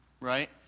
Right